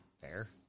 Fair